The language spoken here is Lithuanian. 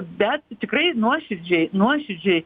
bet tikrai nuoširdžiai nuoširdžiai